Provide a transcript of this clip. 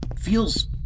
feels